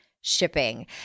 shipping